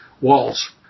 walls